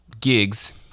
gigs